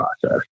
process